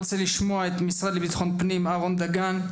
בבקשה, המשרד לביטחון הפנים, אהרון דגן.